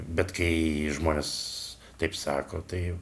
bet kai žmonės taip sako tai